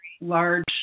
large